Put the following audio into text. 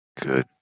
Good